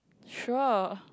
sure